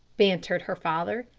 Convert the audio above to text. bantered her father.